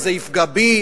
אז זה יפגע בי.